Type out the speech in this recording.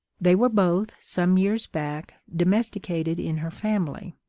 they were both, some years back, domesticated in her family.